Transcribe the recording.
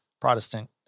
Protestant